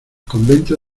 convento